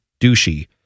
douchey